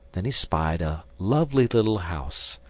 then he spied a lovely little house,